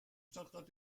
stadtrat